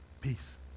peace